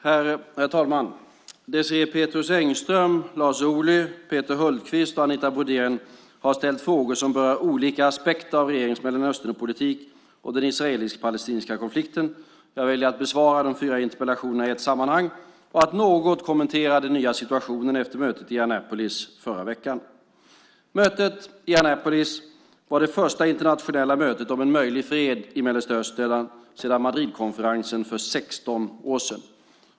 Herr talman! Désirée Pethrus Engström, Lars Ohly, Peter Hultqvist och Anita Brodén har ställt frågor som berör olika aspekter av regeringens Mellanösternpolitik och den israelisk-palestinska konflikten. Jag väljer att besvara de fyra interpellationerna i ett sammanhang och att något kommentera den nya situationen efter mötet i Annapolis förra veckan. Mötet i Annapolis var det första internationella mötet om en möjlig fred i Mellanöstern sedan Madridkonferensen för 16 år sedan.